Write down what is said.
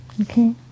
Okay